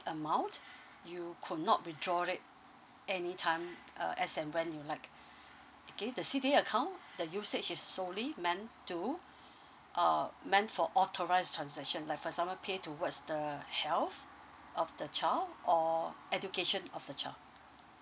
amount you could not withdraw it anytime uh as and when you like okay the C_D_A account the usage is solely meant to uh meant for authorised transaction like for example pay towards the health of the child or education of the child